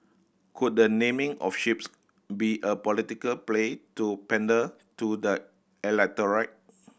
could the naming of ships be a political play to pander to the electorate